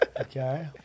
Okay